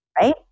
right